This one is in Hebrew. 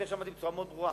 אותך שמעתי בצורה מאוד ברורה.